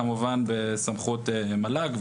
כמובן בסמכות מל"ג,